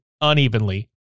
unevenly